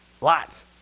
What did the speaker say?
lots